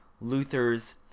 Luther's